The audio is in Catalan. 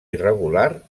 irregular